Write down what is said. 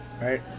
Right